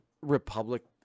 republic